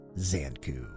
Zanku